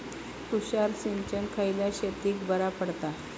तुषार सिंचन खयल्या शेतीक बरा पडता?